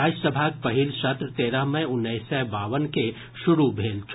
राज्यसभाक पहिल सत्र तेरह मई उन्नैस सय बावन के शुरू भेल छल